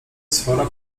sfora